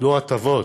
לא הטבות,